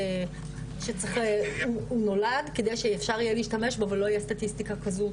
שהוא נולד כדי שאפשר יהיה להשתמש בו ולא תהיה סטטיסטיקה כזאת,